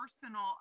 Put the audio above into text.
personal